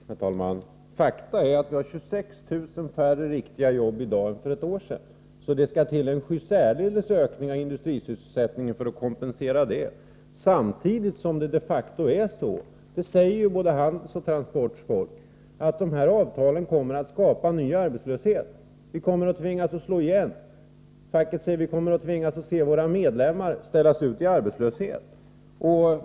Herr talman! Faktum är att vi har 26 000 färre riktiga jobbi dag än för ett år sedan, så det skall till en sjusärdeles ökning av industrisysselsättningen för att kompensera detta. Samtidigt är det de facto så — det säger ju både Handels och Transports folk — att avtalen kommer att skapa ny arbetslöshet. Företag kommer att tvingas slå igen. Facket säger: Vi kommer att tvingas se våra medlemmar skickas ut i arbetslöshet.